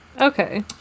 Okay